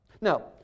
Now